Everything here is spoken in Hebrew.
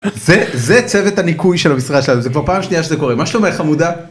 זה צוות הניקוי של המשרד הזה, כבר פעם שנייה שזה קורה, מה שלומך חמודה?